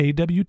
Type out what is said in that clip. AWT